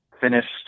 finished